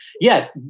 yes